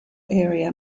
area